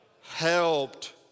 helped